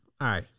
Aye